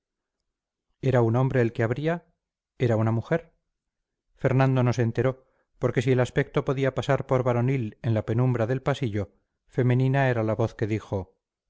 era un hombre el que abría era una mujer fernando no se enteró porque si el aspecto podía pasar por varonil en la penumbra del pasillo femenina era la voz que dijo